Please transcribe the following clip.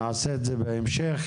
נעשה את זה בהמשך.